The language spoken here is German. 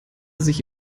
sich